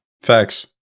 Facts